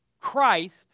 Christ